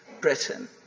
Britain